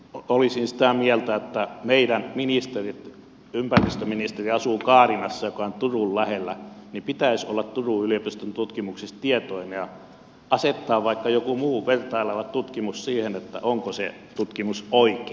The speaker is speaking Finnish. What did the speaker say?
olisin sitä mieltä että meidän ministerimme ympäristöministeri asuu kaarinassa joka on turun lähellä pitäisi olla turun yliopiston tutkimuksista tietoinen ja asettaa vaikka joku muu vertaileva tutkimus siihen onko se tutkimus oikein